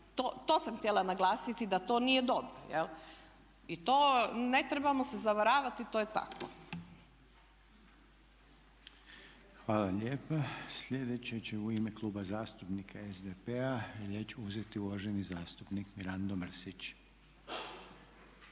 to sam htjela naglasiti da to nije dobro. I to ne trebamo se zavaravati to je tako. **Reiner, Željko (HDZ)** Hvala lijepa. Sljedeći će u ime Kluba zastupnika SDP-a riječ uzeti uvaženi zastupnik Mirando Mrsić.